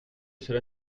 cela